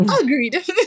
Agreed